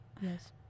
Yes